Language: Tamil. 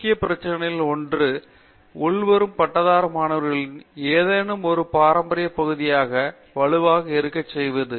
முக்கிய பிரச்சினைகளில் ஒன்று உள்வரும் பட்டதாரி மாணவர்களை ஏதெனும் ஒரு பாரம்பரிய பகுதியில் வலுவாக இருக்க செய்வது